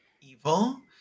evil